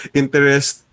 interest